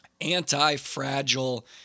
anti-fragile